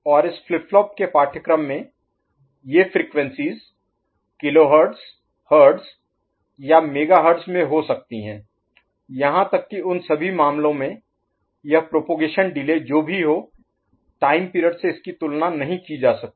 और इस flip flop के पाठ्यक्रम में ये फ्रेक्वेंसीस किलोहर्ट्ज़ हर्ट्ज़ या मेगाहर्ट्ज़ में हो सकती हैं यहां तक कि उन सभी मामलों में यह प्रोपगेशन डिले जो भी हो टाइम पीरियड से इसकी तुलना नहीं की जा सकती